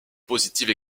positives